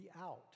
out